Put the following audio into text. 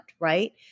right